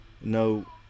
no